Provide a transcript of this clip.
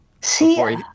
See